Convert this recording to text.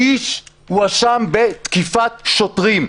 האיש הואשם בתקיפת שוטרים.